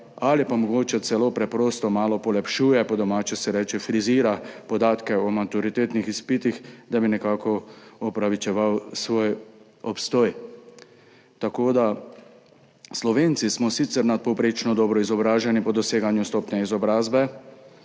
ali pa mogoče celo preprosto malo polepšuje, po domače se reče frizira podatke o maturitetnih izpitih, da bi nekako opravičeval svoj obstoj. Slovenci smo sicer nadpovprečno dobro izobraženi po doseganju stopnje izobrazbe,